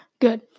Good